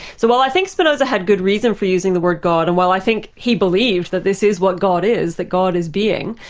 so while i think spinoza had good reason for using the word god and while i think he believed that this is what god is, that god is being,